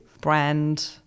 brand